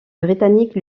britanniques